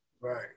right